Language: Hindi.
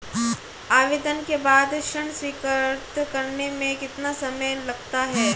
आवेदन के बाद ऋण स्वीकृत करने में कितना समय लगता है?